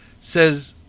says